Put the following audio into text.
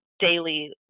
daily